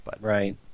Right